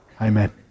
amen